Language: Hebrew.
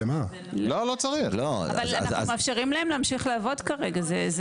אבל אנחנו מאפשרים להם להמשיך לעבוד כרגע.